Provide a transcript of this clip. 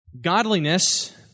Godliness